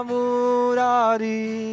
Murari